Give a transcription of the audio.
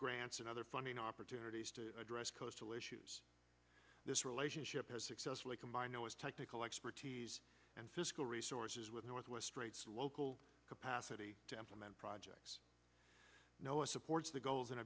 grants and other funding opportunities to address coastal issues this relationship has successfully combined noah's technical expertise and fiscal resources with northwest straits local capacity to implement project noah supports the goals and